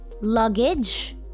luggage